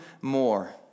more